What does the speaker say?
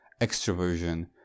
extroversion